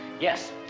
Yes